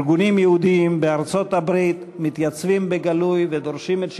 ארגונים יהודיים בארצות-הברית מתייצבים בגלוי ודורשים את שחרורו,